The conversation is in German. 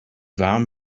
warm